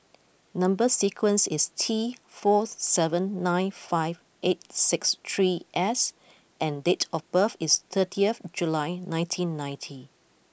number sequence is T four seven nine five eight six three S and date of birth is thirty of July nineteen ninety